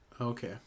Okay